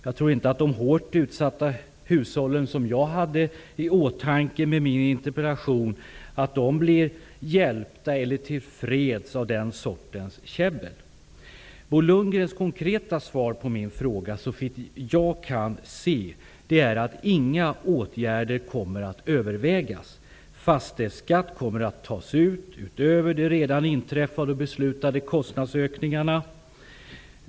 Jag tror inte att de hårt utsatta hushåll som jag hade i åtanke med min interpellation känner sig hjälpta eller till freds med den sortens käbbel. Såvitt jag kan se är Bo Lundgrens konkreta svar på min fråga att inga åtgärder kommer att övervägas. Fastighetsskatt kommer att tas ut, utöver de redan inträffade och beslutade kostnadsökningarna.